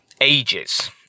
ages